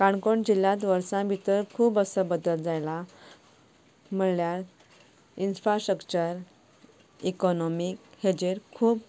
काणकोण जिल्ल्यांत वर्सा भितर खूब असो बदल जाला म्हणल्यार इनफ्रास्ट्रक्चर इकॉनॉमी हाजेर खूब